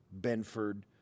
Benford